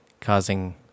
causing